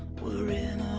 we're in